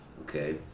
Okay